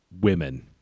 women